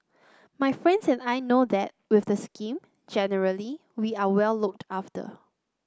my friends and I know that with the scheme generally we are well looked after